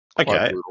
Okay